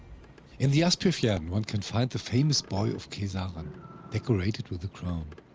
in the aspofjarden one can find the famous buoy of kejsaren, decorated with a crown.